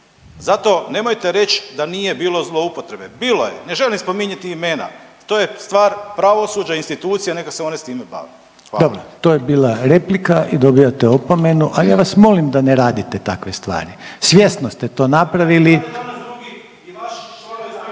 Zato nemojte reć da nije bilo zloupotrebe, bilo je, ne želim spominjati imena, to je stvar pravosuđa i institucija i neka se oni s time bave, hvala. **Reiner, Željko (HDZ)** Dobro, to je bila replika i dobijate opomenu, a ja vas molim da ne radite takve stvari, svjesno ste to napravili… …/Upadica Lenart se ne